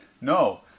No